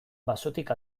basotik